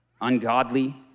ungodly